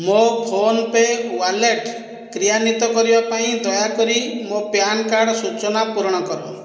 ମୋ PhonePe' wallet କ୍ରିୟାନ୍ଵିତ କରିବା ପାଇଁ ଦୟାକରି ମୋ ପ୍ୟାନ କାର୍ଡ଼ ସୂଚନା ପୂରଣ କର